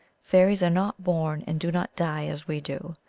fairies are not born and do not die as we do,